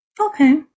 Okay